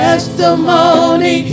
Testimony